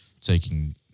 taking